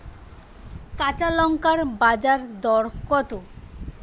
কাঁচা লঙ্কার বাজার দর কত?